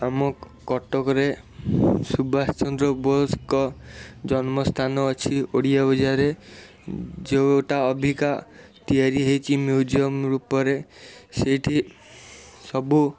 ଆମ କଟକରେ ସୁବାଷଚନ୍ଦ୍ର ବୋଷଙ୍କ ଜନ୍ମସ୍ଥାନ ଅଛି ଓଡ଼ିଆ ବଜାରରେ ଯେଉଁଟା ଅବିକା ତିଆରି ହେଇଛି ମ୍ୟୁଜିୟମ୍ ରୂପରେ ସେଇଠି ସବୁ